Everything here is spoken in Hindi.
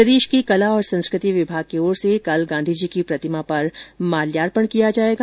प्रदेश के कला और संस्कृति विभाग की ओर कल गांधी जी की प्रतिमा पर माल्यार्पण किया जाएगा